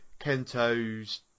Kento's